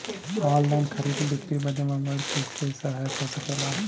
Online खरीद बिक्री बदे मोबाइल कइसे सहायक हो सकेला?